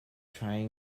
try